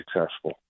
successful